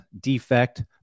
defect